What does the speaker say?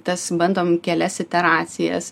tas bandom kelias iteracijas